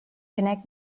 connect